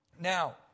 Now